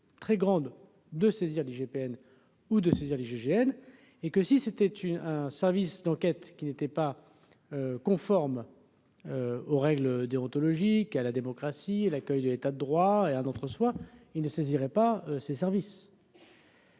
très grande de saisir l'IGPN ou de ses alliés GIGN et que si c'était une un service d'enquête qui n'étaient pas conformes aux règles déontologiques à la démocratie et l'accueil de l'état de droit et un autre, soit il ne saisirait pas ses services.